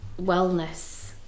wellness